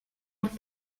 auf